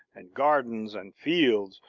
and gardens and fields,